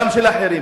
גם של אחרים,